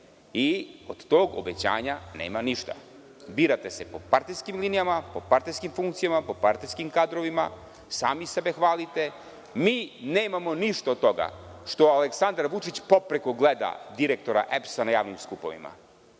Od tog obećanja nema ništa. Birate se po partijskim linijama, po partijskim funkcijama, po partijskim kadrovima. Sami sebe hvalite. Mi nemamo ništa od toga što Aleksandar Vučić popreko gleda direktora EPS-a na javnim skupovima.